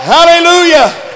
Hallelujah